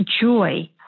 joy